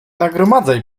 nagromadzaj